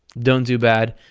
don't do bad,